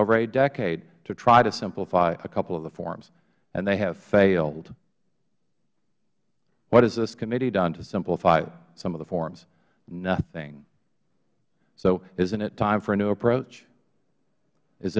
over a decade to try to simplify a couple of the forms and they have failed what has this committee done to simply some of the forms nothing so isn't it time for a new approach is